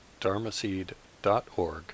dharmaseed.org